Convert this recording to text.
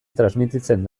transmititzen